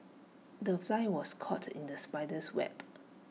the fly was caught in the spider's web